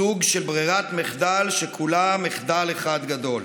סוג של ברירת מחדל שכולה מחדל אחד גדול.